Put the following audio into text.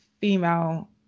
female